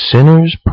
Sinner's